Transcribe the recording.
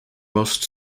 most